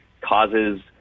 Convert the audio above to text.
causes